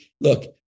look